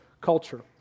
culture